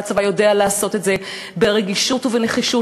והצבא יודע לעשות את זה ברגישות ובנחישות,